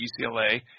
UCLA